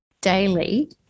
daily